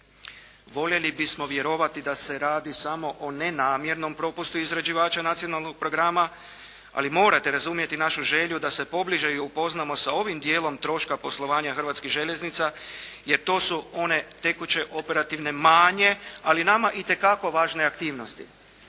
Voljeli bismo vjerovati da se radi samo o nenamjernom propustu izrađivača nacionalnog programa, ali morate razumjeti našu želju da se pobliže upoznamo sa ovim dijelom troška poslovanja Hrvatskih željeznica jer to su one tekuće, operativne …/Govornik se ne razumije./… , ali nama itekako važne aktivnosti.